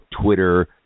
Twitter